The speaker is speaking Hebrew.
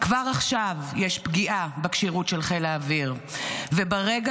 "כבר עכשיו יש פגיעה בכשירות של חיל האוויר" וברגע